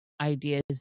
ideas